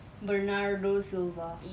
bernardo silva